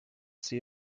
sie